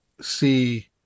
see